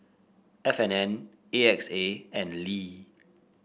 F And N A X A and Lee